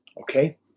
Okay